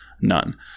none